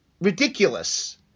ridiculous